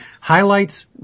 highlights